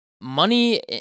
Money